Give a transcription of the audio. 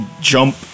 jump